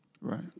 Right